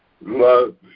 love